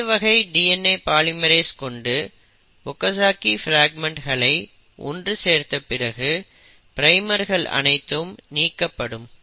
வேறு வகை DNA polymerase கொண்டு ஒகஜக்கி பிராக்மெண்ட்ஸ்கள் ஒன்று சேர்ந்த பிறகு பிரைமர்கள் அனைத்தும் நீக்கப்படும்